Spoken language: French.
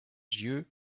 yeux